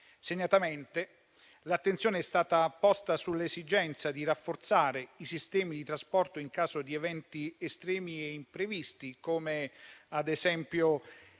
Segnatamente, l'attenzione è stata posta sull'esigenza di rafforzare i sistemi di trasporto in caso di eventi estremi e imprevisti, come ad esempio le